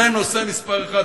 זה הנושא מספר אחת,